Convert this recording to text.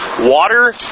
water